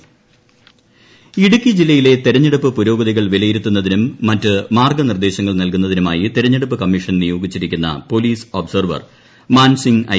police observer Mansingh Idukki ജില്ലയിലെ തിരഞ്ഞെടുപ്പ് പുരോഗതികൾ വിലയിരുത്തുന്നതിനും മറ്റു മാർഗ്ഗനിർദ്ദേശങ്ങൾ നൽകുന്നതിനുമായി തിരഞ്ഞെടുപ്പ് കമ്മീഷൻ നിയോഗിച്ചിരിക്കുന്ന പോലീസ് ഒബ്സർവർ മാൻസിംഗ് ഐ